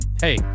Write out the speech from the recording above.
hey